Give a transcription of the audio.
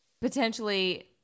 potentially